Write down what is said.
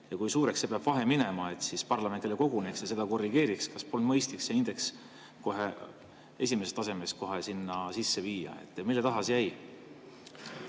ja kui suureks peab see vahe minema, et parlament jälle koguneks ja seda korrigeeriks. Kas poleks mõistlik see indeks kohe esimesest tasemest sinna sisse viia? Mille taha see jäi?